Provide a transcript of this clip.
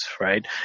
right